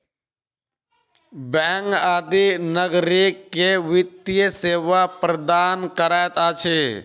bank आदि नागरिक के वित्तीय सेवा प्रदान करैत अछि